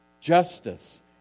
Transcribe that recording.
Justice